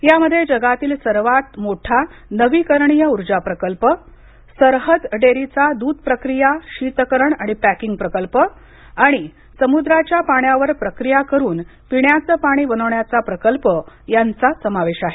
यामध्ये जगातील सर्वात मोठा नवी करणीय ऊर्जा प्रकल्प सरहद डेअरीचा दूध प्रक्रिया शीतकरण आणि पॅकिंग प्रकल्प आणि समुद्राच्या पाण्यावर प्रक्रिया करून पिण्याचं पाणी बनवण्याचा प्रकल्प यांचा समावेश आहे